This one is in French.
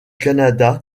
canada